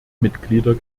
mitglieder